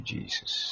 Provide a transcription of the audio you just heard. Jesus